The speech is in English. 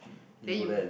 then you